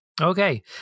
Okay